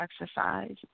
exercise